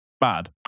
bad